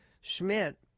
Schmidt